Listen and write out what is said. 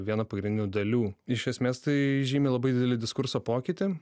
viena pagrindinių dalių iš esmės tai žymi labai didelį diskurso pokytį